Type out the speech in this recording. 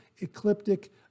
Ecliptic